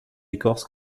écorce